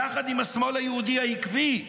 יחד עם השמאל היהודי העקבי,